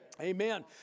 Amen